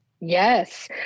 Yes